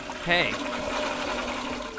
Hey